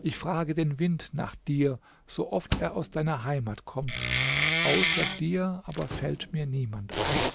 ich frage den wind nach dir so oft er aus deiner heimat kommt außer dir aber fällt mir niemand ein